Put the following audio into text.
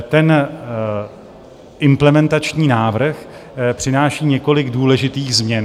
Ten implementační návrh přináší několik důležitých změn.